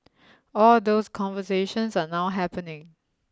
all those conversations are now happening